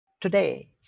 Today